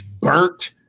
burnt